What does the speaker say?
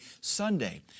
Sunday